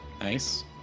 Nice